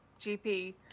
GP